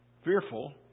fearful